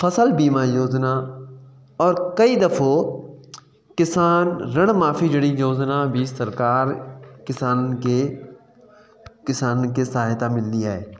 फसल बीमा योजना और कई दफ़ो किसान ऋण माफ़ी जहिड़ी योजना बि सरकार किसाननि खे किसाननि खे सहायता मिलंदी आहे